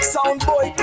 Soundboy